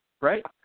Right